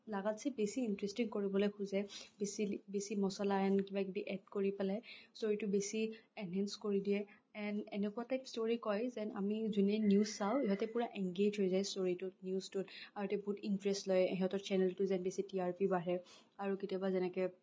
লাগাতচে বেছি ইণ্টেৰেষ্টিং কৰিবলে খোজে বেছি বেছি মচলা এণ্ড কিবাকিবি এড কৰি পেলে ষ্টৰিটো বেছি এনহেঞ্চ কৰি দিয়ে এণ্ড এনেকুৱাকে ষ্টৰি কয় যেন আমি যোনে নিউজ চাওঁ পূৰা এংগেজ হৈ যায় ষ্টৰিটোত নিউজটোত আৰু তাহাঁতে বহুত ইণ্টাৰেষ্ট লয় ইহঁতৰ চেনেলটো যেন বেছি টি আৰ পি বাঢ়ে আৰু কেতিয়াবা যেনেকে